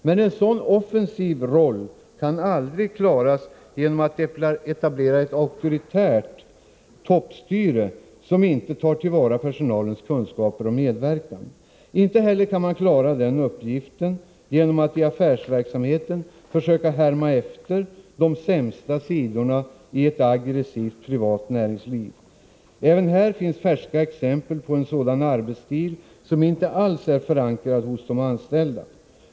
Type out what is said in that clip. Men en sådan offensiv roll kan aldrig klaras genom att man etablerar ett auktoritärt toppstyre, som inte tar till vara personalens kunskaper och medverkan. Inte heller kan man klara den uppgiften genom att i affärsverksamheten försöka härma efter de sämsta sidorna i ett aggressivt privat näringsliv. Även här finns färska exempel på en sådan arbetsstil, som inte alls är förankrad hos de anställda.